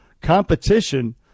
competition